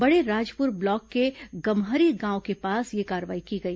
Baderajpur block के गमहरी गांव के पास यह कार्रवाई की गई